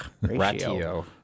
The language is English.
Ratio